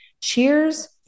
cheers